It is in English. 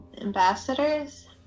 Ambassadors